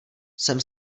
jsem